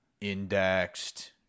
indexed